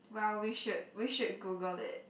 well we should we should Google it